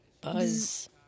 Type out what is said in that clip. Buzz